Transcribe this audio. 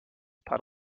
puddle